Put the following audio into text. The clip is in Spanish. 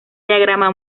diagrama